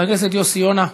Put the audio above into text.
חבר הכנסת יוסי יונה,